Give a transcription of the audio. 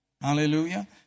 Hallelujah